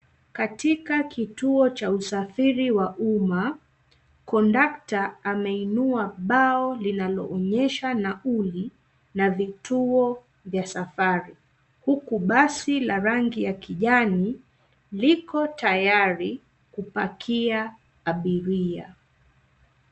Katika kituo cha usafiri wa umma, conductor ameinua bao linaloonyesha nauli, na vituo vya safari, huku basi la rangi ya kijani liko tayari kupakia abiria.